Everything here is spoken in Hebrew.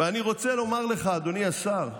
ואני רוצה לומר לך, אדוני השר,